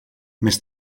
més